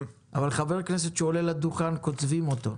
אבל כשחבר כנסת עולה לדוכן קוצבים את זמנו.